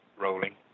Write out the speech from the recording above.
rolling